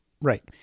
Right